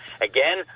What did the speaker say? Again